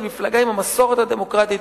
המפלגה עם המסורת הדמוקרטית,